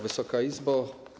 Wysoka Izbo!